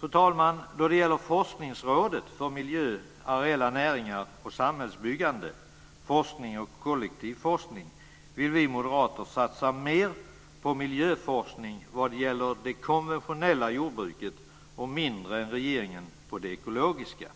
När det gäller Forskningsrådet för miljö, areella näringar och samhällsbyggande - forskning och kollektiv forskning - vill vi moderater satsa mer än regeringen på miljöforskning inom det konventionella jordbruket och mindre inom det ekologiska.